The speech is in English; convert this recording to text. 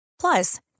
Plus